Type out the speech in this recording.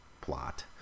plot